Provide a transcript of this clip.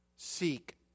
Seek